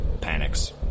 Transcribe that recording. panics